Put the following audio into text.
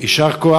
יישר כוח.